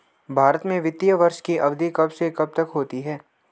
भारत में वित्तीय वर्ष की अवधि कब से कब तक होती है?